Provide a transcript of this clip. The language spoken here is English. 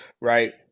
right